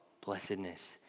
Blessedness